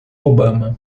obama